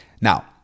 Now